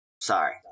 Sorry